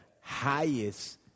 highest